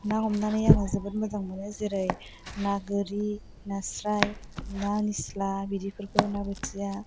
ना हमनानै आङो जोबोद मोजां मोनो जेरै ना गोरि नास्राय ना निस्ला बिदिफोरखौ ना बोथिया